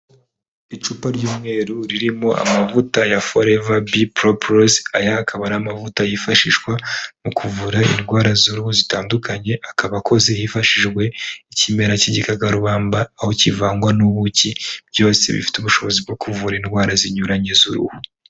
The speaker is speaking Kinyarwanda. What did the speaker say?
Icupa ry'umweru ririmo amavuta ya foreva bi poroporozi, aya akaba ari amavuta yifashishwa mu kuvura indwara z'uruhu zitandukanye, akaba akozwe hifashijwe ikimera cy'igikagararubamba, aho kivangwa n'ubuki, byose bifite ubushobozi bwo kuvura indwara zinyuranye z'uruhu.